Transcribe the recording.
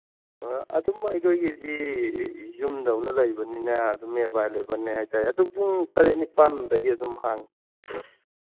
ꯑ ꯑꯗꯨꯝ ꯑꯩꯈꯣꯏꯒꯤꯗꯤ ꯌꯨꯝꯗꯧꯅ ꯂꯩꯕꯅꯤꯅ ꯑꯗꯨꯝ ꯑꯦꯕꯥꯏꯂꯦꯕꯜꯅꯦ ꯍꯥꯏꯇꯥꯔꯦ ꯑꯗꯨ ꯄꯨꯡ ꯇꯔꯦꯠ ꯅꯤꯄꯥꯟꯗꯒꯤ ꯑꯗꯨꯝ ꯍꯥꯡꯉꯤ